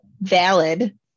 valid